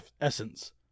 essence